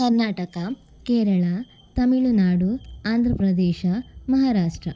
Karnataka Kerala Tamil Nadu Andhra Pradesh Maharashtra